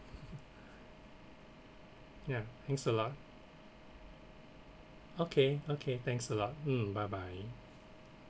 ya thanks a lot okay okay thanks a lot mm bye bye